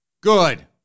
Good